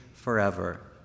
forever